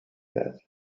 that